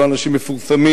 לא אנשים מפורסמים,